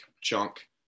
chunk